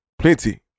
plenty